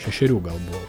šešerių gal buvau